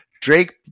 Drake